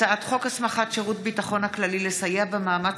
הצעת חוק הסמכת שירות הביטחון הכללי לסייע במאמץ